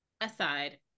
aside